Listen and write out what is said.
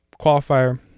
qualifier